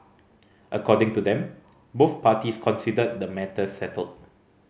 according to them both parties consider the matter settled